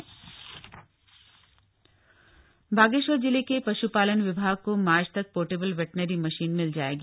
पशपालक बागेश्वर बागेश्वर जिले के पश्पालन विभाग का मार्च तक पार्टेबल वेटनरी मशीन मिल जाएगी